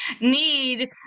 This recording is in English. need